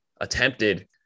attempted